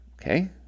Okay